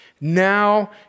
Now